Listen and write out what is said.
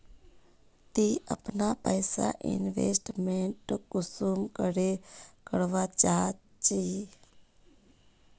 ती अपना पैसा इन्वेस्टमेंट कुंसम करे करवा चाँ चची?